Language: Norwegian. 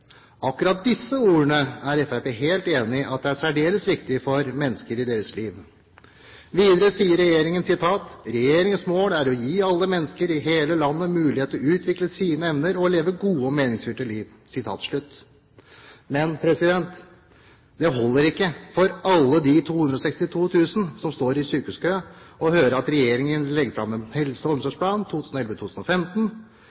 Akkurat disse ordene er Fremskrittspartiet helt enig i er særdeles viktig for mennesker i deres liv. Videre sier regjeringen: «Regjeringens mål er å gi alle mennesker i hele landet mulighet til å utvikle sine evner og leve gode og meningsfylte liv.» Men det holder ikke for alle de 262 000 som står i sykehuskø, å høre at regjeringen legger fram forslag om en «helse- og